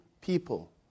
people